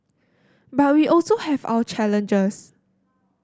but we also have our challenges